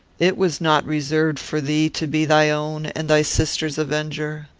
it was not reserved for thee to be thy own and thy sister's avenger.